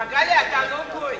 מגלי, אתה לא גוי.